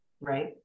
right